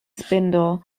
spindle